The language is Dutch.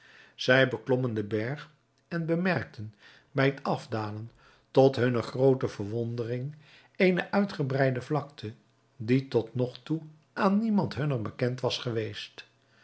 zij beklommen den berg en bemerkten bij het afdalen tot hunne groote verwondering eene uitgebreide vlakte die tot nog toe aan niemand hunner bekend was geweest